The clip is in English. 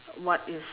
what if